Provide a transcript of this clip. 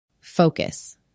Focus